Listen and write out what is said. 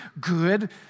good